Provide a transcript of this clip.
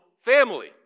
family